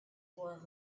warm